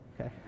okay